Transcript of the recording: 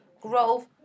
growth